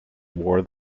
wore